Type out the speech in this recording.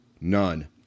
none